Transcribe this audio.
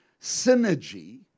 synergy